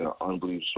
unbelievable